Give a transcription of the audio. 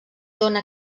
dóna